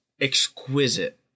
exquisite